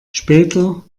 später